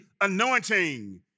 anointing